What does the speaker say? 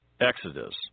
Exodus